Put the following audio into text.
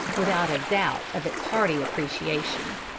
without a doubt of its hearty appreciation.